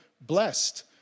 blessed